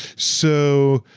so,